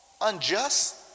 unjust